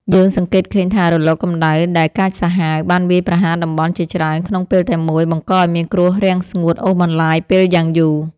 យើងសង្កេតឃើញថា រលកកម្ដៅដែលកាចសាហាវបានវាយប្រហារតំបន់ជាច្រើនក្នុងពេលតែមួយ បង្កឱ្យមានគ្រោះរាំងស្ងួតអូសបន្លាយពេលយ៉ាងយូរ។